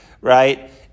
right